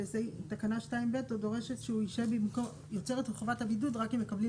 תקנה (2ב) יוצרת את חובת הבידוד רק אם מקבלים